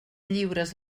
lliures